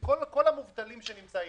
שכל המובטלים שנמצאים,